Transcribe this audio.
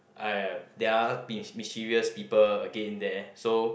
!aiya! they're mis~ mischievous people again there so